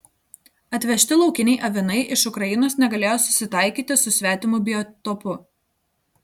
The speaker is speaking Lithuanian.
atvežti laukiniai avinai iš ukrainos negalėjo susitaikyti su svetimu biotopu